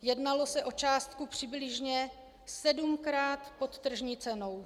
Jednalo se o částku přibližně sedmkrát pod tržní cenou.